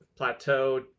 plateaued